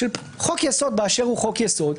חוק-יסוד באשר הוא חוק-יסוד,